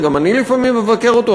וגם אני לפעמים מבקר אותו,